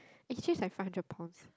and he changed like five hundred pounds